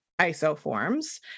isoforms